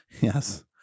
Yes